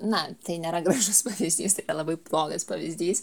na tai nėra gražus pavyzdys tai yra labai blogas pavyzdys